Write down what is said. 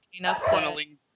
funneling